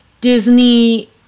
Disney